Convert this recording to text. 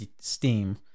Steam